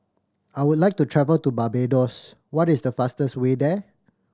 I would like to travel to Barbados what is the fastest way there